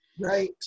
Right